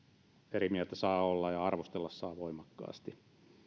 eri mieltä saa olla ja arvostella saa voimakkaasti